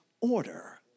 order